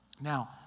Now